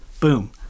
boom